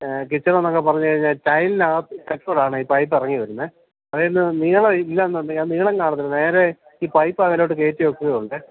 kitchen എന്നൊക്കെ പറഞ്ഞുകഴിഞ്ഞാല് ടൈലിന് ഈ പൈപ്പ് ഇറങ്ങിവരുന്നത് അതിന് നീളമില്ലെന്നുണ്ടെങ്കില് ആ നീളം കാണില്ല നേരെ ഈ പൈപ്പ് അതിലോട്ട് കയറ്റിവെയ്ക്കുകയെയുള്ളൂ